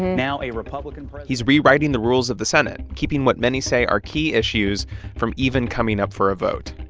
now a republican president. he's rewriting the rules of the senate, keeping what many say are key issues from even coming up for a vote.